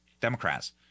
Democrats